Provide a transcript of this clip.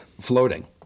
Floating